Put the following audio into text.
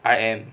I am